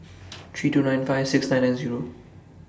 three two nine five six nine nine Zero